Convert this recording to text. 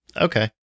Okay